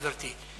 גברתי.